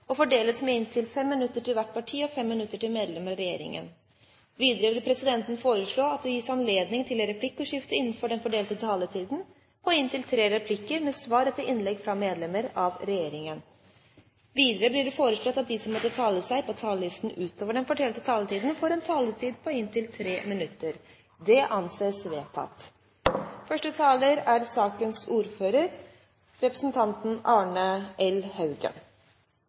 og fordeles med inntil 5 minutter til hvert parti og inntil 5 minutter til medlem av regjeringen. Videre vil presidenten foreslå at det gis anledning til replikkordskifte på inntil tre replikker med svar etter innlegg fra medlem av regjeringen innenfor den fordelte taletid. Videre blir det foreslått at de som måtte tegne seg på talerlisten utover den fordelte taletid, får en taletid på inntil 3 minutter. – Det anses vedtatt. Som saksordfører er